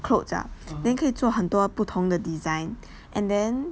clothes ah then 可以做很多不同的 design and then